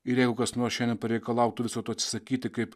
ir jeigu kas nors šiandien pareikalautų viso to atsisakyti kaip